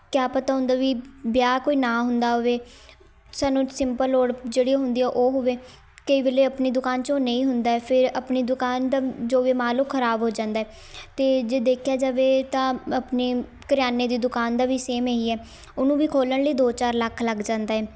ਕਿਆ ਪਤਾ ਹੁੰਦਾ ਵੀ ਵਿਆਹ ਕੋਈ ਨਾ ਹੁੰਦਾ ਹੋਵੇ ਸਾਨੂੰ ਸਿੰਪਲ ਲੋੜ ਜਿਹੜੀ ਹੁੰਦੀ ਹੈ ਉਹ ਹੋਵੇ ਕਈ ਵੇਲੇ ਆਪਣੀ ਦੁਕਾਨ 'ਚ ਉਹ ਨਹੀਂ ਹੁੰਦਾ ਫਿਰ ਆਪਣੀ ਦੁਕਾਨ ਦਾ ਜੋ ਵੀ ਮਾਲ ਉਹ ਖਰਾਬ ਹੋ ਜਾਂਦਾ ਹੈ ਅਤੇ ਜੇ ਦੇਖਿਆ ਜਾਵੇ ਤਾਂ ਆਪਣੇ ਕਰਿਆਨੇ ਦੀ ਦੁਕਾਨ ਦਾ ਵੀ ਸੇਮ ਇਹੀ ਹੈ ਉਹਨੂੰ ਵੀ ਖੋਲ੍ਹਣ ਲਈ ਦੋ ਚਾਰ ਲੱਖ ਲੱਗ ਜਾਂਦਾ ਹੈ